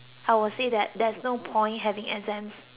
there's no point having exams